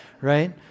right